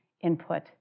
input